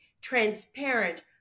Transparent